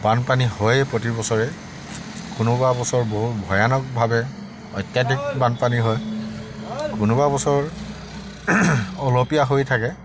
বানপানী হয়েই প্ৰতি বছৰে কোনোবা বছৰ বহু ভয়ানকভাৱে অত্যাধিক বানপানী হয় কোনোবা বছৰ অলপীয়া হৈ থাকে